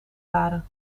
waren